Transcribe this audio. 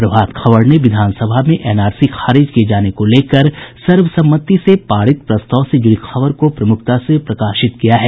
प्रभात खबर ने विधानसभा में एनआरसी खारिज किये जाने को लेकर सर्वसम्मति से पारित प्रस्ताव से जुड़ी खबर को प्रमुखता से प्रकाशित किया है